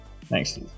Thanks